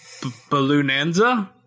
Balloonanza